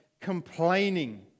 complaining